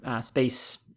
space